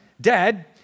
Dad